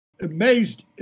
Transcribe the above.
amazed